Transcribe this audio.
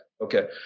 okay